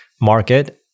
market